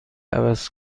عوض